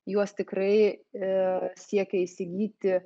juos tikrai ee siekia įsigyti